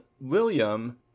william